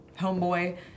homeboy